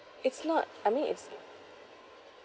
it's not I mean it's